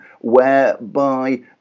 whereby